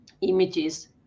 images